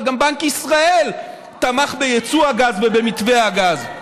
אבל גם בנק ישראל תמך ביצוא הגז ובמתווה הגז.